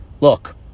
Look